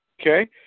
Okay